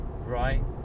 Right